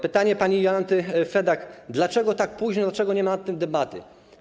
Pytanie pani Jolanty Fedak, dlaczego tak późno, dlaczego nie ma nad tym debaty.